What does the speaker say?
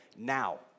Now